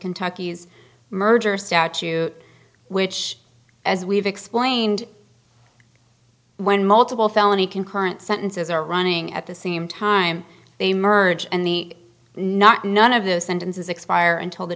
kentucky's merger statute which as we've explained when multiple felony concurrent sentences are running at the same time they merge and the not none of the sentences expire until the